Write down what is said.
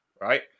right